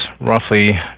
roughly